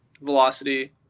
velocity